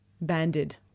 Banded